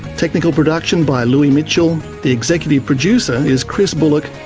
technical production by louis mitchell, the executive producer is chris bullock,